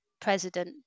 president